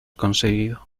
conseguido